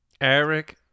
Eric